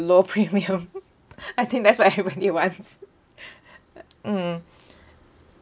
low premium I think that's what everybody wants mm